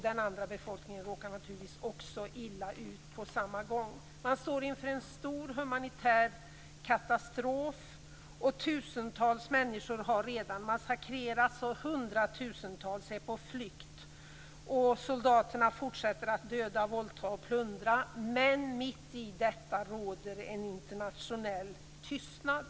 Den andra befolkningen råkar naturligtvis också illa ut på samma gång. Man står inför en stor humanitär katastrof. Tusentals människor har redan massakrerats och hundratusentals är på flykt. Soldaterna fortsätter att döda, våldta och plundra. Mitt i detta råder en internationell tystnad.